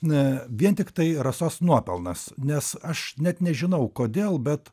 na vien tiktai rasos nuopelnas nes aš net nežinau kodėl bet